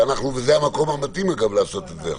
וזה המקום המתאים אגב לעשות את זה עכשיו,